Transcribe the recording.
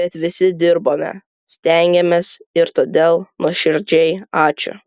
bet visi dirbome stengėmės ir todėl nuoširdžiai ačiū